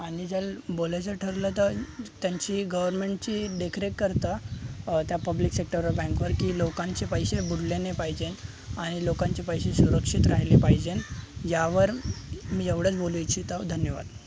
आणि जर बोलायचं ठरलं तर त्यांची गव्हर्मेन्टची देखरेख करतं त्या पब्लिक सेक्टर बँकवर की लोकांचे पैसे बुडले नाही पाहिजे आणि लोकांचे पैसे सुरक्षित राहिले पाहिजे यावर मी एवढंच बोलू इच्छिताे धन्यवाद